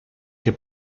que